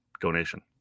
donation